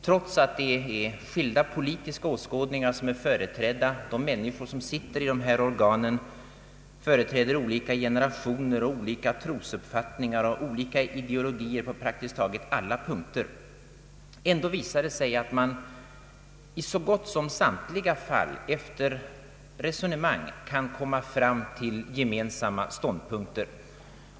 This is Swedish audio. Trots att skilda politiska åskådningar är representerade och de människor som sitter i dessa organ företräder olika generationer, olika trosuppfattningar och olika ideologier, visar det sig ändå att man i så gott som samtliga fall efter resonemang kan komma fram till gemensamma ståndpunkter.